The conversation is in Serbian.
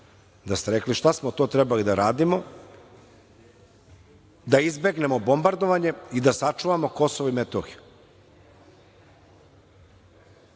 da ste rekli šta smo trebali da radimo, da izbegnemo bombardovanje i da sačuvamo KiM, i tada